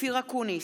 אופיר אקוניס,